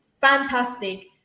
fantastic